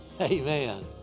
amen